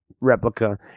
replica